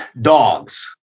dogs